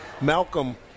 Malcolm